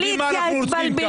יודעים מה אנחנו רוצים.